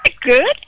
Good